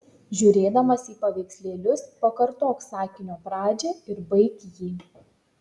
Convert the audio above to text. žiūrėdamas į paveikslėlius pakartok sakinio pradžią ir baik jį